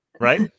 right